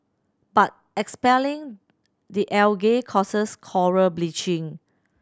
but expelling the algae causes coral bleaching